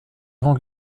grands